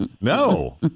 No